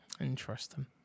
Interesting